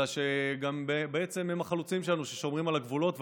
אלא שהם גם בעצם החלוצים שלנו ששומרים על הגבולות.